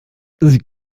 sie